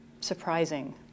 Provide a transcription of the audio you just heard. surprising